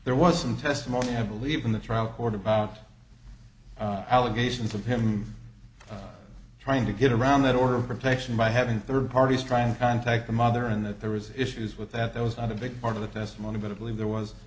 there wasn't testimony i believe in the trial court about allegations of him trying to get around that order of protection by having third parties try and contact the mother and that there was issues with that that was not a big part of the testimony but i believe there was